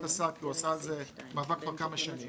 השר כי הוא עשה על זה מאבק כבר כמה שנים